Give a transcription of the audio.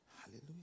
Hallelujah